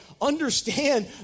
understand